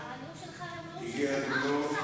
אתה שונא אותם.